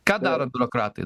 ką daro biurokratai